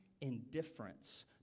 indifference